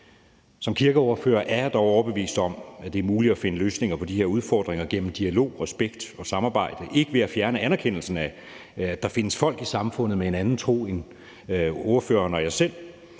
Som kirkeordfører er jeg dog overbevist om, at det er muligt at finde løsninger på de her udfordringer gennem dialog, respekt og samarbejde og ikke ved at fjerne anerkendelsen af, at der findes folk i samfundet med en anden tro end ordføreren og jeg selv.